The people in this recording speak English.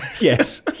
Yes